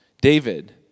David